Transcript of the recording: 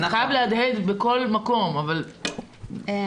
זה חייב להדהד בכל מקום, אבל --- נכון.